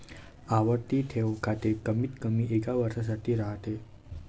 आवर्ती ठेव खाते कमीतकमी एका वर्षासाठी राहते